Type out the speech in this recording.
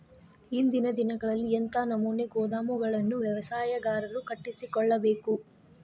ಇಂದಿನ ದಿನಗಳಲ್ಲಿ ಎಂಥ ನಮೂನೆ ಗೋದಾಮುಗಳನ್ನು ವ್ಯವಸಾಯಗಾರರು ಕಟ್ಟಿಸಿಕೊಳ್ಳಬೇಕು?